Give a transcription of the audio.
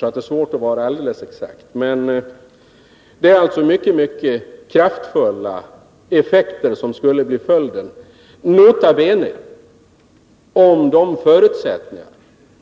Det är alltså svårt att vara alldeles exakt, men mycket kraftfulla effekter skulle bli följden — nota bene om de sagda förutsättningarna uppfylls: